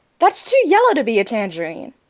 that's too yellow to be a tangerine!